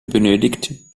benötigt